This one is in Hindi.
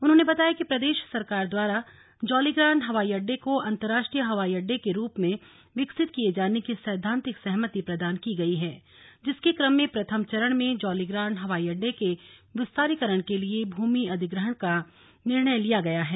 उन्होंने बताया कि प्रदेश सरकार द्वारा जौलीग्रांट हवाई अड्डे को अंतर्राष्ट्रीय हवाई अड्डे के रूप में विकसित किये जाने की सैद्वान्तिक सहमति प्रदान की गई है जिसके क्रम में प्रथम चरण में जौलीग्रांट हवाई अड्डे के विस्तारीकण के लिए भूमि अधिग्रहण का निर्णय लिया गया है